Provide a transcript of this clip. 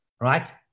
right